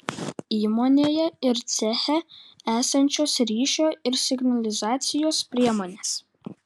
įmonėje ir ceche esančios ryšio ir signalizacijos priemonės